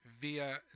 via